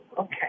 okay